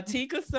Tika